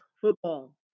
Football